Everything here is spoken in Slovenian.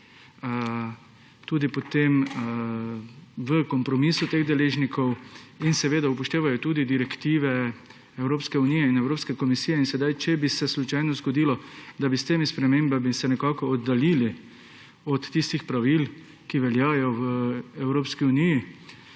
tudi potem v kompromisu teh deležnikov in seveda upoštevajo tudi direktive Evropske unije in Evropske komisije. Če bi se sedaj slučajno zgodilo, da bi se s temi spremembami nekako oddaljili od tistih pravil, ki veljajo v Evropski uniji,